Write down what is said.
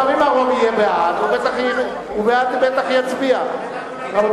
אם הרוב יהיה בעד, הוא בטח יצביע בעד.